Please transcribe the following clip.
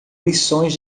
lições